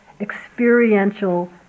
experiential